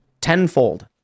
tenfold